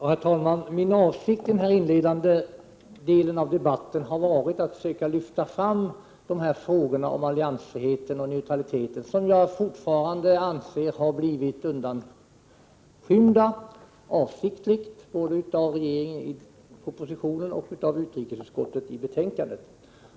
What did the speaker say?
Herr talman! Min avsikt i den inledande delen av debatten har varit att försöka lyfta fram frågorna om alliansfriheten och neutraliteten, som jag fortfarande anser har blivit avsiktligt undanskymda både av regeringen i propositionen och av utrikesutskottet i betänkandet.